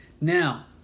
Now